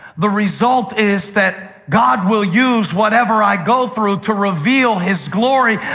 the result is that god will use whatever i go through to reveal his glory.